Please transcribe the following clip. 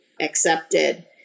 accepted